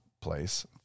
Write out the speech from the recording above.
place